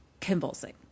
convulsing